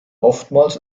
oftmals